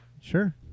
sure